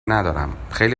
ندارم، خیلی